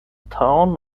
town